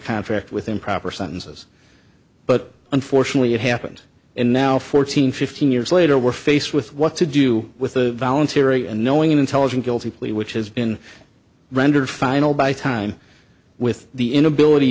contract with improper sentences but unfortunately it happened and now fourteen fifteen years later we're faced with what to do with the voluntary and knowing intelligent guilty plea which has been rendered final by time with the inability